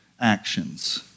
actions